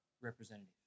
representative